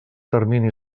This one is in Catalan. termini